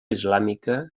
islàmica